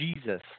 Jesus